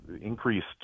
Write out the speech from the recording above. increased